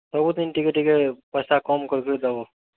ସବୁଥିନ୍ ଟିକେ ଟିକେ ପଇସା କମ୍ କରି କରି ଦବ